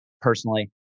personally